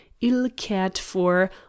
ill-cared-for